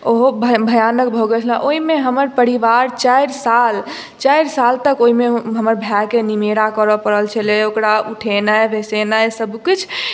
ओहो भयानक भऽ गेल रहए ओहोमे हमर परिवार चारि साल चारि साल तक ओहिमे हमर भाय के निमेरा करय पड़ल छलए ओकरा उठेनाइ बैसेनाइ सभ किछु